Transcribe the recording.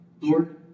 Lord